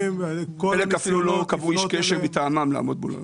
חלק אפילו לא קבעו איש קשר מטעמם לעמוד מול המשרד.